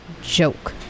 joke